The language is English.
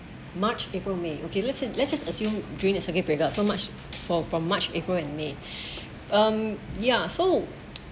march april may okay let's let's just assume during the circuit breaker so much for from march april and may um ya so